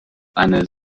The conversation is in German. einer